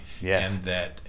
Yes